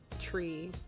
tree